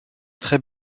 très